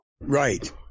Right